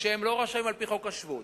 שהם לא רשאים על-פי חוק השבות,